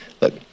Look